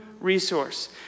resource